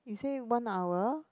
you say one hour